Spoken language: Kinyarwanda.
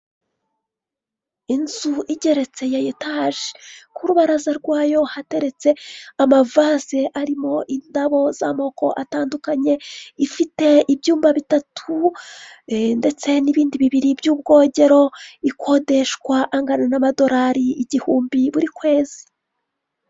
Inzu igeretse ya etage ku rubaraza rwayo hateretse amavase arimo indabo z'amoko atandukanye ifite ibyumba bitatu ndetse n'ibindi bibiri by'ubwogero ikodeshwa angana n'amadolari igihumbi buri kwezi.